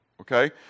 okay